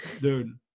dude